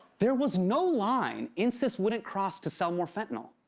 there was no line insys wouldn't cross to sell more fentanyl.